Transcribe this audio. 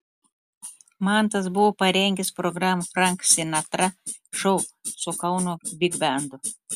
mantas buvo parengęs programą frank sinatra šou su kauno bigbendu